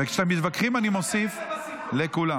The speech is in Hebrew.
וכשאתם מתווכחים, אני מוסיף לכולם.